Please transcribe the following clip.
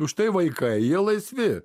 užtai vaikai jie laisvi